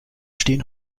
stehen